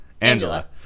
Angela